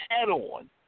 add-on